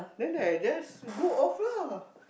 then I just go off lah